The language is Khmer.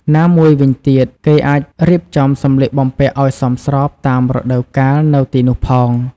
ណាមួយវិញទៀត គេអាចរៀបចំសម្លៀកបំពាក់ឱ្យសមស្របតាមរដូវកាលនៅទីនោះផង។